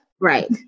right